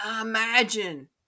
imagine